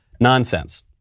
nonsense